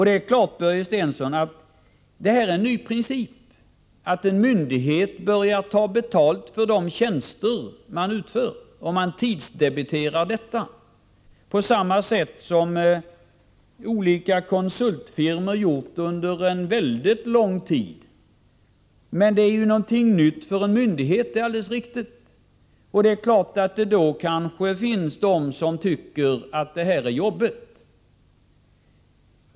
Det är klart, Börje Stensson, att det är en ny princip, att en myndighet börjar ta betalt för de tjänster den utför och att den tidsdebiterar detta på samma sätt som olika konsultfirmor gjort under en mycket lång tid. Detta är någonting nytt för en myndighet — det är alldeles riktigt. Det finns naturligtvis de som tycker att det här är jobbigt.